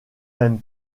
même